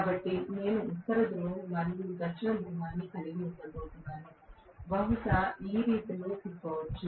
కాబట్టి నేను ఉత్తర ధ్రువం మరియు దక్షిణ ధృవాన్ని కలిగి ఉండబోతున్నాను బహుశా ఈ దిశలో తిప్పవచ్చు